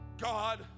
God